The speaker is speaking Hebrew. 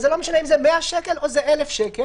זה לא משנה אם זה 100 שקל או שזה 1,000 שקל.